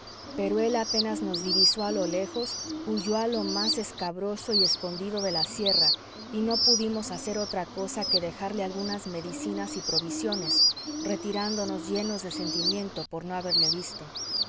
pero él apenas nos divisó a lo lejos huyó a lo más escabroso y escondido de la sierra y no pudimos hacer otra cosa que dejarle algunas medicinas y provisiones retirándonos llenos de sentimiento por no haberle visto